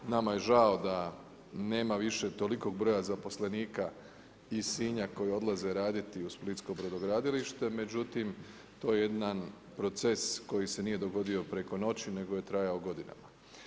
Nama je žao da nema više tolikog broja zaposlenika iz Sinja koji odlaze raditi u Splitsko brodogradilište, međutim to je jedan proces koji se nije dogodio preko noći nego je trajao godinama.